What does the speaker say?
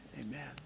amen